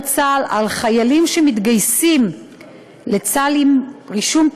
צה"ל על חיילים שמתגייסים לצה"ל עם רישום פלילי,